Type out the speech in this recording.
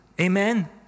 Amen